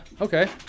okay